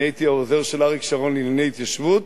אני הייתי העוזר של אריק שרון לענייני התיישבות,